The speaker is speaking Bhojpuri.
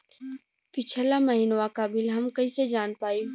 पिछला महिनवा क बिल हम कईसे जान पाइब?